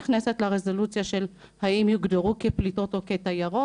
אני לא נכנסת לרזולוציה של האם הן יוגדרו כפליטות או כתיירות,